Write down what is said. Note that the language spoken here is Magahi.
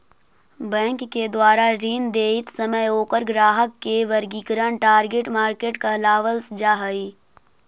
बैंक के द्वारा ऋण देइत समय ओकर ग्राहक के वर्गीकरण टारगेट मार्केट कहलावऽ हइ